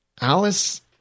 Alice